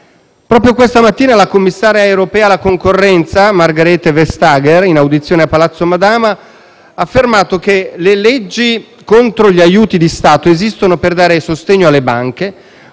Proprio questa mattina, la commissaria europea alla concorrenza, Margrethe Vestager, durante la sua audizione in Senato, ha affermato che le leggi contro gli aiuti di Stato esistono per dare sostegno alle banche,